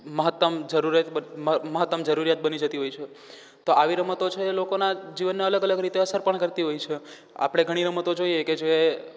મહત્તમ જરૂરત મ મહત્તમ જરૂરિયાત બની જતી હોય છે તો આવી રમતો છે એ લોકોના જીવનને અલગ અલગ રીતે અસર પણ કરતી હોય છે આપણે ઘણી રમતો જોઈએ કે જે